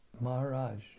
Maharaj